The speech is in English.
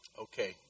Okay